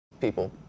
people